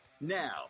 Now